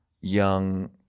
young –